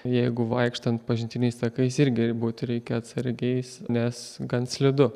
jeigu vaikštant pažintiniais takais irgi būti reikia atsargiais nes gan slidu